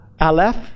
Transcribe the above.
Aleph